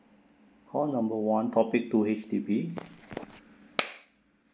call number one topic two H_D_B